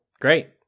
Great